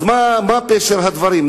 מה פשר הדברים?